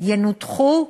ינותחו,